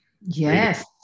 yes